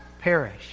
perish